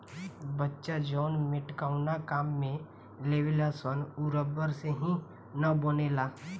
बच्चा जवन मेटकावना काम में लेवेलसन उ रबड़ से ही न बनेला